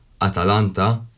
Atalanta